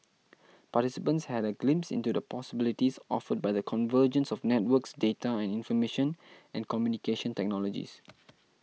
participants had a glimpse into the possibilities offered by the convergence of networks data and information and communication technologies